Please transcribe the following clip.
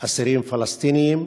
אסירים פלסטיניים,